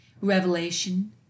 Revelation